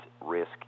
risk